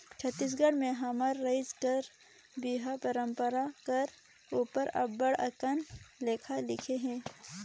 छत्तीसगढ़ी में हमर राएज कर बिहा परंपरा कर उपर अब्बड़ अकन लेख लिखे हे